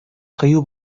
кыю